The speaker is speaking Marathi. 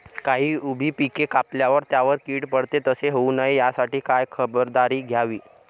काही उभी पिके कापल्यावर त्यावर कीड पडते, तसे होऊ नये यासाठी काय खबरदारी घ्यावी?